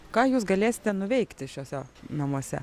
ką jūs galėsite nuveikti šiuose namuose